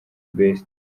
best